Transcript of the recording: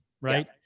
right